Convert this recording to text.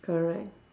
correct